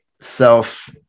self